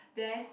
then